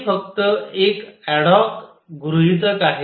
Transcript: हे फक्त एक अॅडहॉक गृहितक आहे